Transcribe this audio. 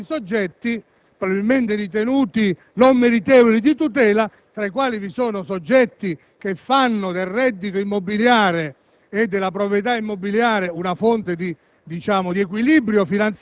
alquanto originale, prevede che per particolari soggetti, probabilmente ritenuti non meritevoli di tutela (tra questi i soggetti che fanno del reddito e della